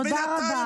תודה רבה.